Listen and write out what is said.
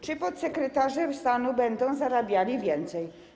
Czy podsekretarze stanu będą zarabiali więcej?